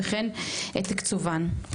וכן את תקצובן.